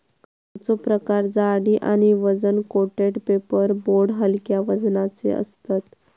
कागदाचो प्रकार जाडी आणि वजन कोटेड पेपर बोर्ड हलक्या वजनाचे असतत